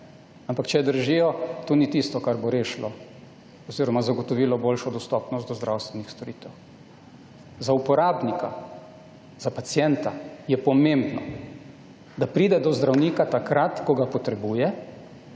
Ampak če držijo, to ni tisto, kar bo rešilo oziroma zagotovilo boljšo dostopnost do zdravstvenih storitev. Za uporabnika, za pacienta je pomembno, da pride do zdravnika takrat, ko ga potrebuje,